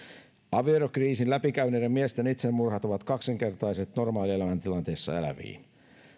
avioerokriisin läpikäyneiden miesten itsemurhat ovat kaksinkertaiset verrattuna normaalielämäntilanteissa eläviin